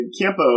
Campo